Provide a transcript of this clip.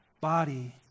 body